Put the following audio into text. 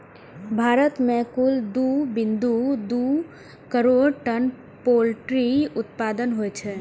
भारत मे कुल दू बिंदु दू करोड़ टन पोल्ट्री उत्पादन होइ छै